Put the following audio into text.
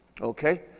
Okay